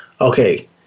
okay